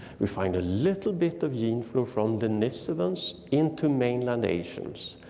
we find a little bit of gene flow from denisovans into mainland asians.